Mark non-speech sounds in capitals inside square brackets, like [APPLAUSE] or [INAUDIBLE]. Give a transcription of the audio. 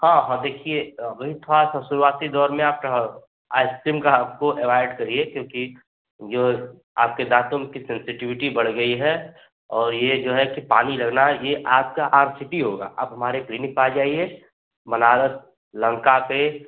हां हां देखिए [UNINTELLIGIBLE] शुरुआती दौर मे आपके है आइसक्रीम का वो अवाइड करिए क्योंकि जो आपके दांतों कि सेन्सिटिविटी बढ़ गई है और ये जो है पानी लगना ये आपका आर सी टी होगा आप हमारे क्लिनिक आजाइए बनारस लंका से